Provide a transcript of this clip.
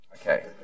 Okay